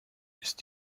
ist